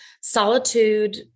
solitude